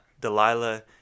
Delilah